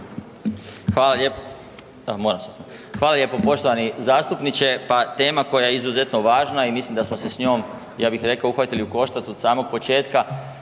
Hvala lijepo poštovani zastupniče. Pa tema koja je izuzetno važna i mislim da smo se s njom, ja bih rekao, uhvatili u koštac od samog početka